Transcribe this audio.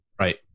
right